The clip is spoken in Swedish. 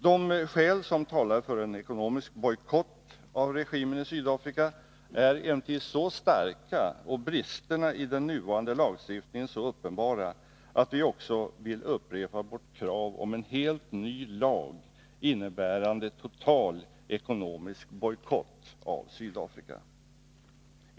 De skäl som talar för en ekonomisk bojkott av regimen i Sydafrika är emellertid så starka och bristerna i den nuvarande lagstiftningen så uppenbara att vi upprepar vårt krav på en helt ny lag, innebärande total ekonomisk bojkott av Sydafrika.